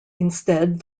instead